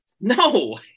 No